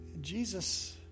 Jesus